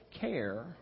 care